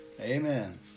Amen